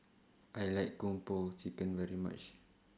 I like Kung Po Chicken very much